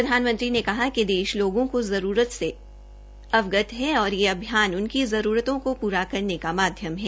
उन्होंने कहा कि देश लोगों की जरूरतों से अवगत है और यह अभियान उनकी जरूरतों को पूरा करने का माध्यम है